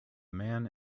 man